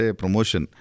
promotion